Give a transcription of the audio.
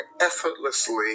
effortlessly